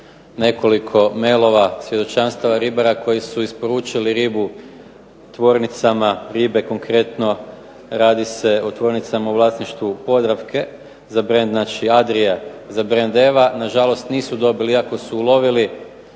nekoliko mailova svjedočanstva ribara koji su isporučili ribu tvornicama ribe konkretno radi se o tvornicama u vlasništvu Podravke, znači za brend Andrija za brend Eva. Nažalost nisu dobili iako su ulovili